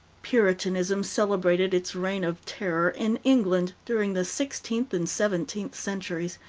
puritanism celebrated its reign of terror in england during the sixteenth and seventeenth centuries,